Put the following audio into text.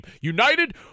United